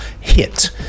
hit